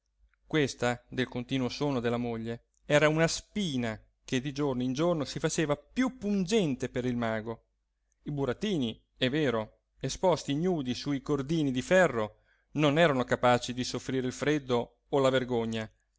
questa del continuo sonno della moglie era una spina che di giorno in giorno si faceva più pungente per il mago i burattini è vero esposti ignudi su i cordini di ferro non erano capaci di soffrire il freddo o la vergogna